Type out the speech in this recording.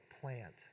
plant